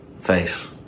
face